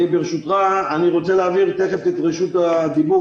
ברשותך אני רוצה להעביר תיכף את רשות הדיבור